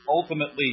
ultimately